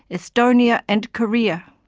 estonia, and korea.